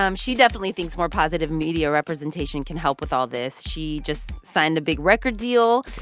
um she definitely thinks more positive media representation can help with all this. she just signed a big record deal.